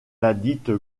ladite